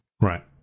right